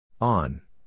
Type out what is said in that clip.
On